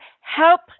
help